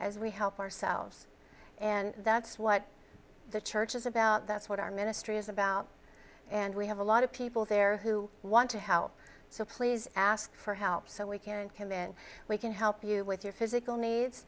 as we help ourselves and that's what the church is about that's what our ministry is about and we have a lot of people there who want to help so please ask for help so we can come in we can help you with your physical